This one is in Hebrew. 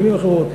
במילים אחרות,